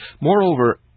Moreover